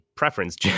preference